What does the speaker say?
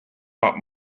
not